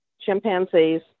chimpanzees